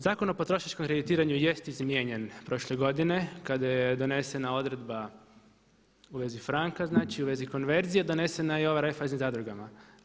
Zakon o potrošačkom kreditiranju jest izmijenjen prošle godine kada je donesena odredba u vezi franka, znači u vezi konverzije donesena je i ova o Raiffeisen zadrugama.